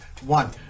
one